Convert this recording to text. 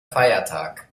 feiertag